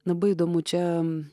labai įdomu čia